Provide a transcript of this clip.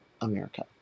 America